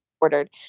ordered